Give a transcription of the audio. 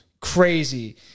crazy